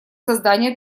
создание